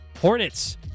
hornets